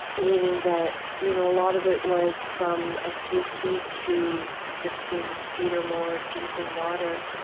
meaning that you know a lot of it was from a few feet to fifteen feet or more deep in water.